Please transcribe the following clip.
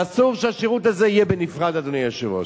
ואסור שהשירות הזה יהיה בנפרד, אדוני היושב-ראש.